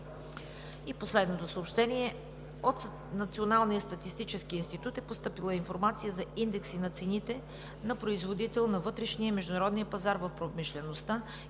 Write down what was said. по отбрана. От Националния статистически институт е постъпила „Информация за индекси на цените на производител на вътрешния и международния пазар в промишлеността